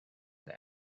the